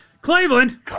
Cleveland